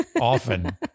often